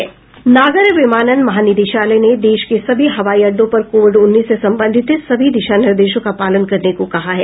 नागर विमानन महानिदेशालय ने देश के सभी हवाई अड्डों पर कोविड उन्नीस से संबंधित सभी दिशा निर्देशों का पालन करने को कहा है